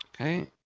Okay